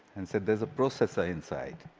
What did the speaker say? and said, there's a processor inside.